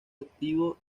activo